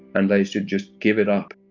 and they should just give it up